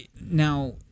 Now